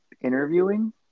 interviewing